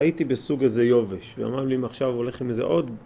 ‫הייתי בסוג איזה יובש, ואמרים לי, ‫אם עכשיו הולך עם איזה עוד...